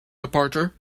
departure